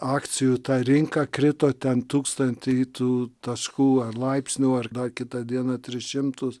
akcijų rinka krito ten tūkstantį tų taškų ar laipsnių ar kitą dieną tris šimtus